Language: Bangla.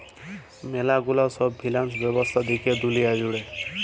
ম্যালা গুলা সব ফিন্যান্স ব্যবস্থা দ্যাখে দুলিয়া জুড়ে